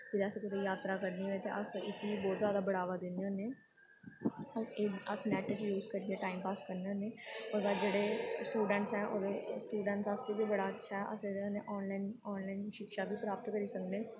फिर अस कुदै जात्तरा करने होई ते अस इसी बौह्त जादा बढ़ावा दिन्ने होन्ने अस एह् अस नैट यूज़ करियै टाइम पास करने होन्ने ओह्दे बाद जेह्ड़े स्टुड़ैंटस ऐ स्टुडैंटस आस्तै बी बड़ा अच्छा ऐ अस एह्दे कन्नै आनलाइन आनलाइन शिक्षा बी प्राप्त करी सकने